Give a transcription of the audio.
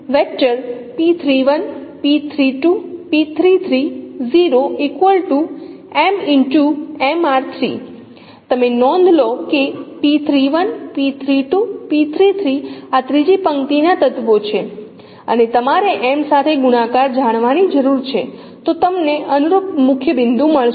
તમે નોંધ લો કે આ ત્રીજી પંક્તિ ના તત્વો છે અને તમારે M સાથે ગુણાકાર જાણવાની જરૂર છે તો તમને અનુરૂપ મુખ્ય બિંદુ મળશે